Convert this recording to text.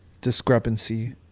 discrepancy